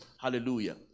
Hallelujah